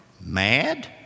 mad